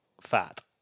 Fat